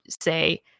say